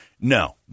No